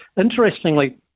Interestingly